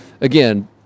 Again